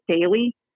daily